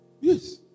Yes